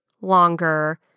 longer